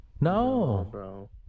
no